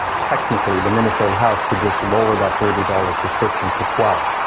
technically, the minister of health could just lower that thirty dollar prescription to twelve